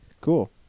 Cool